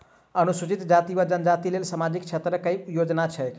अनुसूचित जाति वा जनजाति लेल सामाजिक क्षेत्रक केँ योजना छैक?